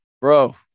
bro